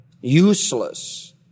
useless